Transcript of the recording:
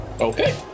Okay